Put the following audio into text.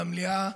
במליאה,